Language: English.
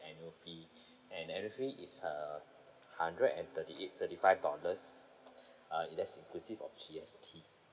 annual fee and annual fee is uh hundred and thirty eight thirty five dollars uh that's inclusive of G_S_T